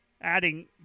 adding